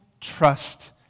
trust